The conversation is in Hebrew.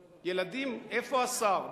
ילדים, איפה השר?